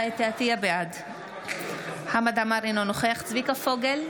בעד חמד עמאר, אינו נוכח צביקה פוגל,